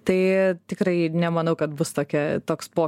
tai tikrai nemanau kad bus tokia toks po